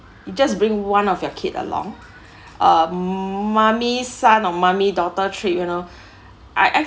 you just bring one of your kid along um mummy son or mummy daughter trip you know I I